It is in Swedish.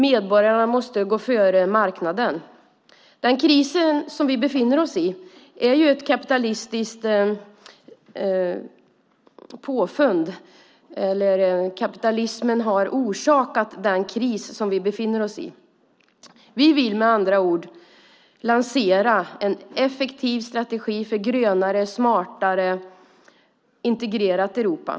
Medborgarna måste gå före marknaden. Det är ju kapitalismen som har orsakat den kris vi befinner oss i. Vi vill lansera en effektiv strategi för ett grönare, smartare och integrerat Europa.